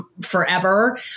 forever